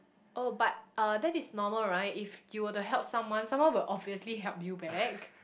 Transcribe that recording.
oh but uh that is normal right if you were to help someone someone will obviously help you back